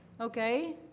Okay